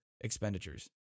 expenditures